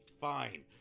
Fine